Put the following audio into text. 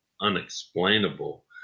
unexplainable